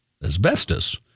asbestos